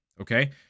okay